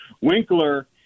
Winkler